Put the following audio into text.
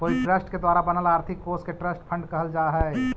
कोई ट्रस्ट के द्वारा बनल आर्थिक कोश के ट्रस्ट फंड कहल जा हई